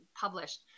published